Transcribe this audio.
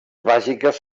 bàsiques